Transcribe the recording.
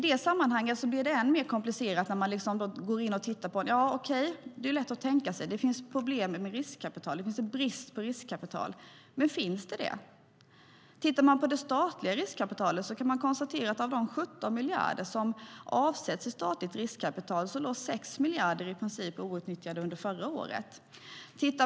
Det är lätt att tänka sig att det finns en brist på riskkapital. Men stämmer det? Man kan konstatera att av de 17 miljarder som avsätts i statligt riskkapital låg 6 miljarder i princip outnyttjade under förra året.